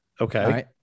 Okay